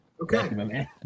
Okay